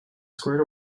squared